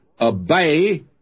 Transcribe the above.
obey